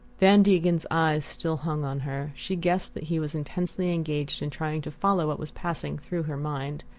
van degen's eyes still hung on her she guessed that he was intensely engaged in trying to follow what was passing through her mind.